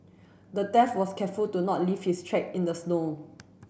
the theft was careful to not leave his track in the snow